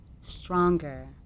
stronger